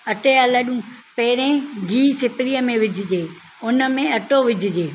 अटे जा लॾूं पहिरें गीहु सिपिरीअ में विझिजे हुन में अटो विझिजे